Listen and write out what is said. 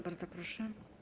Bardzo proszę.